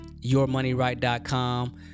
yourmoneyright.com